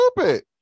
stupid